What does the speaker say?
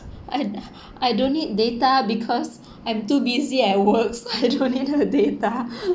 I I don't need data because I'm too busy at work so I don't need the data